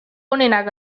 onenak